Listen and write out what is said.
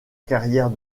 carrière